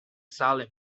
salem